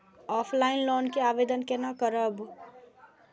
Offline loan के आवेदन केना करब?